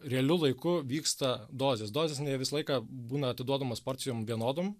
realiu laiku vyksta dozės dozės ne visą laiką būna atiduodamos porcijom vienodom